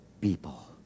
people